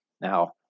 Now